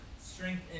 Strength